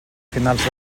finals